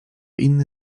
inny